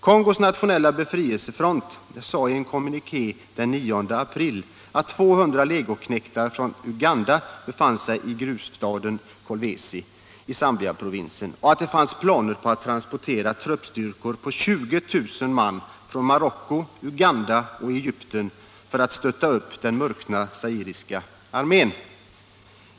Kongos nationella befrielsefront sade i en kommuniké den 9 april att 200 legoknektar från Uganda befann sig i gruvstaden Kolwezi i Shabaprovinsen och att det fanns planer på att transportera truppstyrkor på 20 000 man från Marocko, Uganda och Egypten för att stötta upp den murkna zairiska armén.